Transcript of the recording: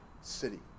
city